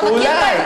אתה מכיר את העמדה,